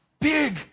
big